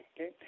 okay